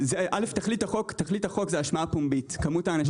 תכלית החוק היא השמעה פומבית, כמות האנשים.